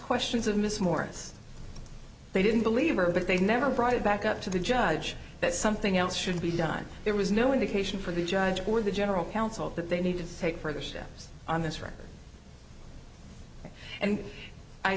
questions of miss morris they didn't believe her but they never brought it back up to the judge that something else should be done there was no indication from the judge or the general counsel that they need to take further steps on this record and i